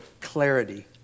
clarity